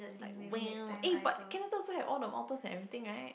like well eh but Canada also have all the mountains and everything right